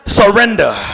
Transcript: surrender